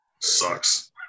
Sucks